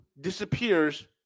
disappears